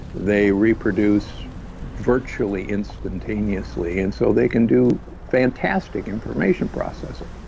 they reproduce virtually instantaneously, and so they can do fantastic information processing.